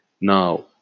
Now